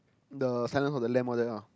the Silence-of-the-Lamb all that ah